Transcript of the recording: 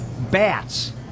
bats